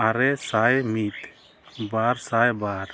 ᱟᱨᱮᱥᱟᱭ ᱢᱤᱫ ᱵᱟᱨᱥᱟᱭ ᱵᱟᱨ